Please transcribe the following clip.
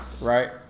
Right